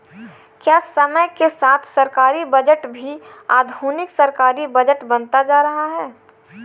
क्या समय के साथ सरकारी बजट भी आधुनिक सरकारी बजट बनता जा रहा है?